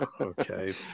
Okay